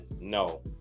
no